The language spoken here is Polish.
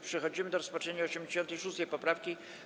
Przechodzimy do rozpatrzenia 86. poprawki.